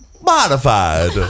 Modified